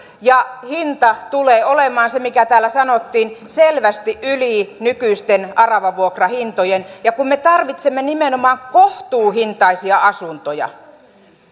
ja hinta tulee olemaan se mitä täällä sanottiin selvästi yli nykyisten aravavuokrahintojen mutta me tarvitsemme nimenomaan kohtuuhintaisia asuntoja